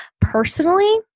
Personally